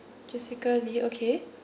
jessica lee okay